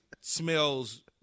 smells